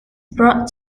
brought